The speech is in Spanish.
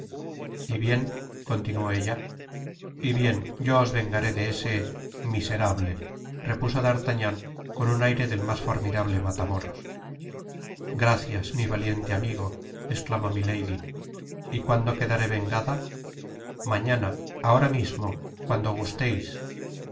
t y bien continuó ella y bien yo os vengaré de ese miserable repuso d'artagnan con un aire del mas formidable matamoros gracias mi valiente amigo esclamó milady y cuando quedaré vengada mañana ahora mismo cuando gusteis